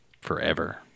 forever